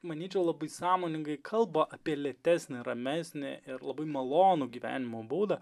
manyčiau labai sąmoningai kalba apie lėtesnį ramesnį ir labai malonų gyvenimo būdą